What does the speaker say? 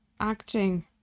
acting